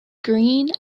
green